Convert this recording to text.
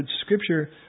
Scripture